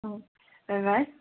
ꯑꯣ